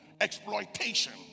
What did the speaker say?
Exploitation